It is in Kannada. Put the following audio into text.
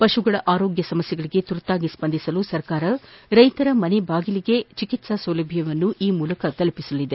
ಪಶುಗಳ ಆರೋಗ್ಯ ಸಮಸ್ಥೆಗಳಿಗೆ ತುರ್ತಾಗಿ ಸ್ಪಂದಿಸಲು ಸರ್ಕಾರ ರೈತರ ಮನೆ ಬಾಗಿಲಿಗೆ ಚಿಕಿತ್ಸಾ ಸೌಲಭ್ಣವನ್ನು ಈ ಮೂಲಕ ತಲುಪಿಸಲಿದೆ